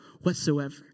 whatsoever